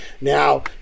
Now